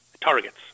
targets